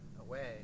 away